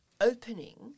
opening